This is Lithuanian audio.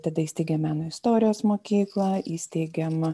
tada įsteigėm meno istorijos mokyklą įsteigėm